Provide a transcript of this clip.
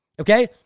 okay